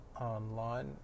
online